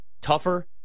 tougher